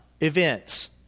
events